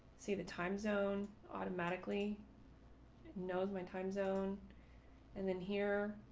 see, the time zone automatically knows my time zone and then here,